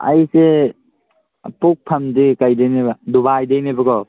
ꯑꯩꯁꯦ ꯄꯣꯛꯐꯝꯗꯤ ꯀꯔꯤꯗꯩꯅꯦꯕ ꯗꯨꯕꯥꯏꯗꯒꯤꯅꯦꯕꯀꯣ